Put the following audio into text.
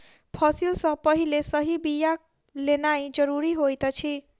फसिल सॅ पहिने सही बिया लेनाइ ज़रूरी होइत अछि